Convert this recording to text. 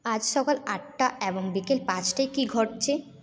আজ সকাল আটটা এবং বিকেল পাঁচটায় কী ঘটছে